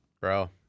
bro